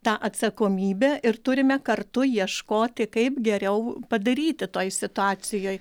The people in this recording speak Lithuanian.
tą atsakomybę ir turime kartu ieškoti kaip geriau padaryti toj situacijoj